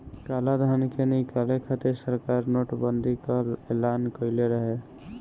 कालाधन के निकाले खातिर सरकार नोट बंदी कअ एलान कईले रहे